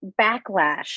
backlash